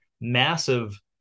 massive